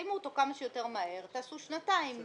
תסיימו אותו כמה שיותר מהר ותעשו שנתיים